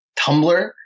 Tumblr